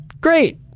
Great